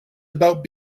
about